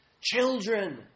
Children